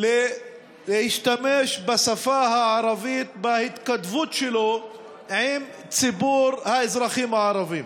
להשתמש בשפה הערבית בהתכתבות שלו עם ציבור האזרחים הערבים.